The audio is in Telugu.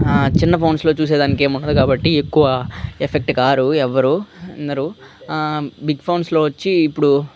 చిన్న ఫోన్స్లో చూసేదానికేమి ఉండదు కాబట్టి ఎక్కువ ఎఫెక్ట్ కారు ఎవ్వరూ అందరూ బిగ్ ఫోన్స్లో వచ్చి ఇప్పుడు